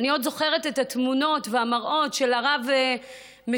אני עוד זוכרת את התמונות והמראות של הרב משולם,